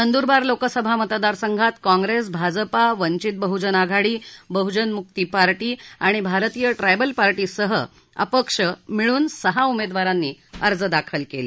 नंद्रबार लोकसभा मतदारसंघात काँग्रेस भाजपा वंचित बहजन आघाडी बहजन म्क्ती पार्टी आणि भारतीय ट्रायबल पार्टीसह अपक्ष मिळून सहा उमेदवारांनी अर्ज दाखल केले